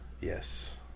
Yes